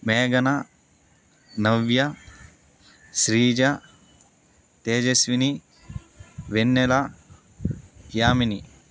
మేఘన నవ్య శ్రీజ తేజస్విని వెన్నెల యామిని